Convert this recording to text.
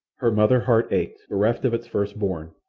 her mother heart ached, bereft of its first-born.